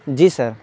جی سر